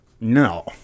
No